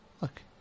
look